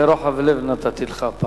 ברוחב לב נתתי לך.